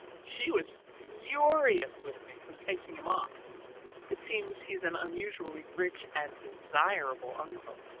she was furious with me for taking him off it seems he's an unusually rich and desirable uncle.